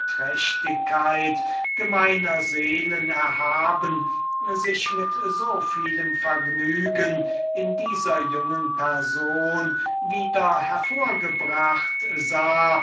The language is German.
gemeiner seelen erhaben sich mit so vielem vergnügen in dieser jungen person wieder hervorgebracht sah